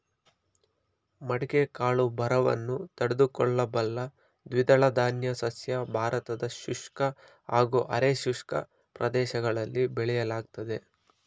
ಮಡಿಕೆ ಕಾಳು ಬರವನ್ನು ತಡೆದುಕೊಳ್ಳಬಲ್ಲ ದ್ವಿದಳಧಾನ್ಯ ಸಸ್ಯ ಭಾರತದ ಶುಷ್ಕ ಹಾಗೂ ಅರೆ ಶುಷ್ಕ ಪ್ರದೇಶಗಳಲ್ಲಿ ಬೆಳೆಯಲಾಗ್ತದೆ